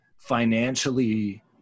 financially